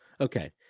Okay